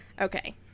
Okay